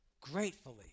gratefully